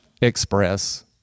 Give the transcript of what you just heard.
Express